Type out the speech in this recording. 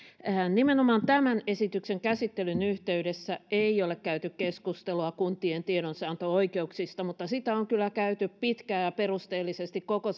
nimenomaan tämän esityksen käsittelyn yhteydessä ei ole käyty keskustelua kuntien tiedonsaantioikeuksista mutta sitä on kyllä käyty pitkään ja perusteellisesti koko